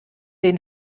den